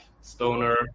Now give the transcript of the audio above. stoner